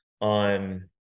on